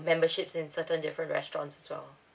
memberships in certain different restaurants as well